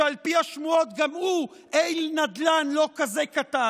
שעל פי השמועות גם הוא איל נדל"ן לא כזה קטן?